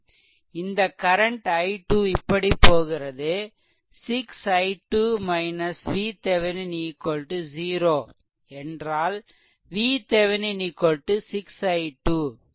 இந்த current i2 இப்படி போகிறது 6 i2 VThevenin 0 என்றால் VThevenin 6 i2 6 i2